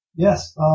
Yes